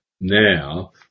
now